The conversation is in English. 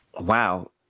Wow